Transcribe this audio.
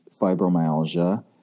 fibromyalgia